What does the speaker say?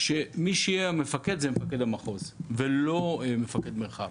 שמי שיהיה המפקד זה מפקד המחוז ולא מפקד מרחב.